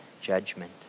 judgment